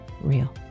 real